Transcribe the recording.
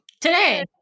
Today